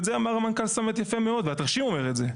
ואת זה אמר המנכ"ל סמט יפה מאוד והתרשים אומר את זה.